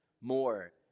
more